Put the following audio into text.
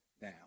now